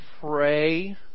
pray